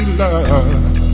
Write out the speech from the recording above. love